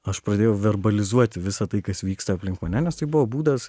aš pradėjau verbalizuoti visa tai kas vyksta aplink mane nes tai buvo būdas